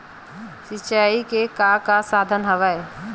सिंचाई के का का साधन हवय?